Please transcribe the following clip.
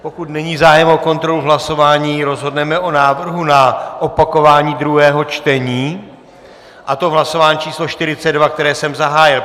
Pokud není zájem o kontrolu hlasování, rozhodneme o návrhu na opakování druhého čtení, a to v hlasování číslo 42, které jsem zahájil.